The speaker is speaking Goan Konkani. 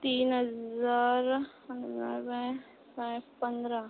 तीन हजार पंदरा धंय फायव पंदरा